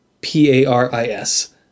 P-A-R-I-S